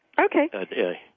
Okay